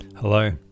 Hello